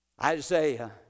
Isaiah